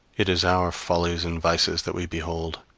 it is our follies and vices that we behold.